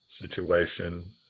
situation